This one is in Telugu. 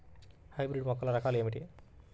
హైబ్రిడ్ మొక్కల రకాలు ఏమిటీ?